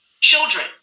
children